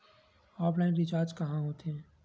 Offline recharge कहां होथे?